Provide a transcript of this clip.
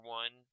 one